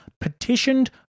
petitioned